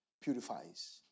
purifies